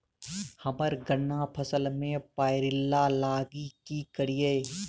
हम्मर गन्ना फसल मे पायरिल्ला लागि की करियै?